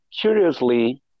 curiously